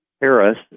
Paris